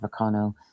Africano